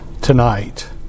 tonight